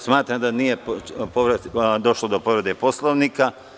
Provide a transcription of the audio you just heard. Smatram da nije došlo do povrede Poslovnika.